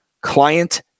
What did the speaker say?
client